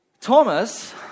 Thomas